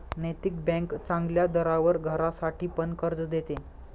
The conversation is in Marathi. नैतिक बँक चांगल्या दरावर घरासाठी पण कर्ज देते